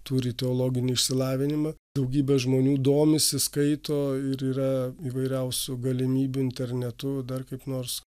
turi teologinį išsilavinimą daugybė žmonių domisi skaito ir yra įvairiausių galimybių internetu dar kaip nors